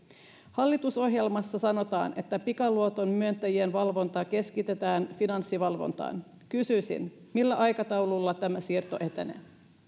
hallitusohjelmassa sanotaan että pikaluoton myöntäjien valvonta keskitetään finanssivalvontaan kysyisin millä aikataululla tämä siirto etenee